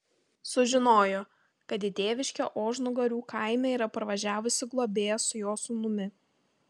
sužinojo kad į tėviškę ožnugarių kaime yra parvažiavusi globėja su jo sūnumi